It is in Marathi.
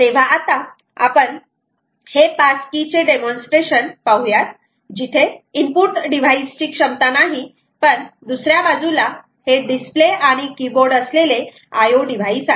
तेव्हा आता आपण हे पास की चे डेमॉन्स्ट्रेशन पाहुयात जिथे इनपुट डिव्हाईस ची क्षमता नाही पण दुसऱ्या बाजूला हे डिस्प्ले आणि कीबोर्ड असलेले IO डिव्हाईस आहे